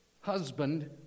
husband